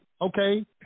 Okay